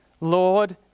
Lord